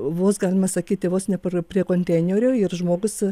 vos galima sakyti vos nepra prie konteinerio ir žmogus